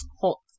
hot